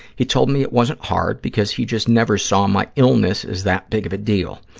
he told me it wasn't hard because he just never saw my illness as that big of a deal.